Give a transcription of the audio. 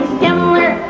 similar